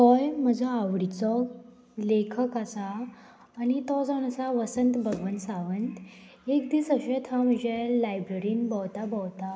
होय म्हजो आवडीचो लेखक आसा आनी तो जावन आसा वसंत भगवन सावंत एक दीस अशेंत हांव म्हज्या लायब्ररीन भोंवता भोंवता